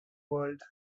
world